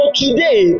today